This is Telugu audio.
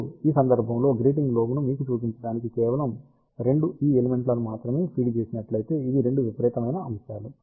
ఇప్పుడు ఈ సందర్భంలో గ్రేటింగ్ లోబ్ను మీకు చూపించడానికి కేవలం 2 ఈ ఎలిమెంట్లను ను మాత్రమే ఫీడ్ చేసినట్లయితే ఇవి 2 విపరీతమైన అంశాలు